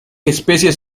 especie